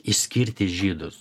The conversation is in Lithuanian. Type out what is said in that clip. išskirti žydus